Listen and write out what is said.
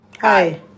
Hi